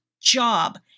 job